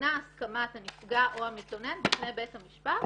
ניתנה הסכמת הנפגע או המתלונן בפני בית המשפט,